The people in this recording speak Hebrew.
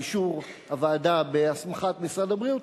באישור הוועדה בהסמכת משרד הבריאות,